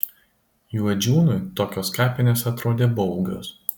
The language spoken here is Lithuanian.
juodžiūnui tokios kapinės atrodė baugios